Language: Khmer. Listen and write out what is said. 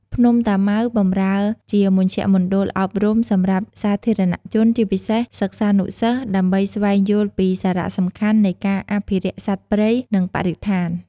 ភ្នំតាម៉ៅបម្រើជាមជ្ឈមណ្ឌលអប់រំសម្រាប់សាធារណជន ជាពិសេសសិស្សានុសិស្ស ដើម្បីស្វែងយល់ពីសារៈសំខាន់នៃការអភិរក្សសត្វព្រៃ និងបរិស្ថាន។